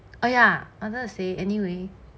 哎呀 I wanted to say anyway